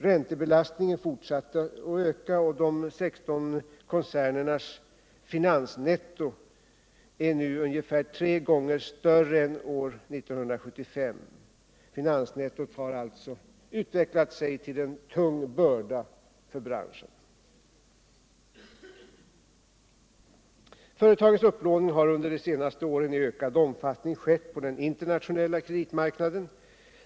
Räntebelastningen fortsatte att öka, och de 16 koncernernas finansnetto är nu ungefär tre gånger större än år 1975. Finansnettot har alltså utvecklat sig till en tung börda för branschen. Företagens upplåning har under de senaste åren i ökad omfattning skett på den internationella kreditmarknaden.